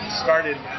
started